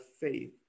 faith